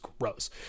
gross